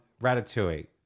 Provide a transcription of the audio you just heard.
Ratatouille